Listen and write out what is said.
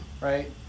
right